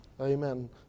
Amen